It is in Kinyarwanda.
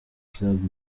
club